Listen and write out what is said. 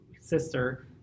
sister